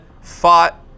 fought